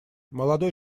молодой